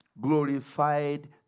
Glorified